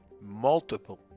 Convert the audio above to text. multiple